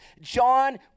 John